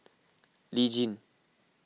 Lee Tjin